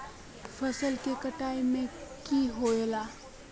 फसल के कटाई में की होला?